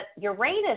Uranus